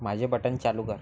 माझे बटन चालू कर